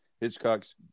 Hitchcock's